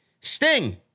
Sting